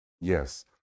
Yes